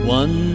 one